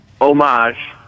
homage